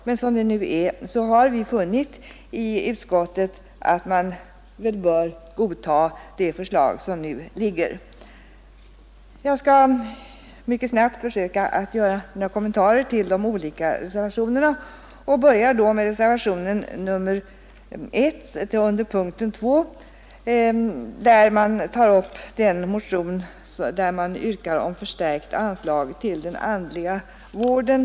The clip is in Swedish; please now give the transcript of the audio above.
Men som det nu är har utskottet funnit att man bör godta de förslag som framlagts. Jag skall försöka att mycket snabbt ge några kommentarer till de olika reservationerna och börjar då med reservationen 1 vid punkten 2, som bygger på en motion vari yrkas på förstärkt anslag till den andliga vården.